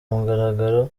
mugaragaro